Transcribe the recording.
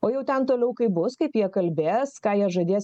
o jau ten toliau kaip bus kaip jie kalbės ką jie žadės